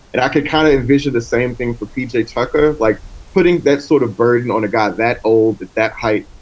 and i could kind of envision the same thing for pj tucker, like putting that sort of burden on a guy that old at that height.